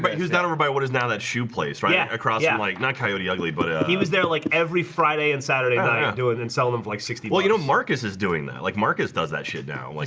but who's now everybody? what is now that shoe place right yeah across yeah like not coyote ugly? but he was there like every friday and saturday night. not do it and sell them for like sixty well you know marcus is doing that like marcus does that shit now ycc